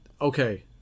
Okay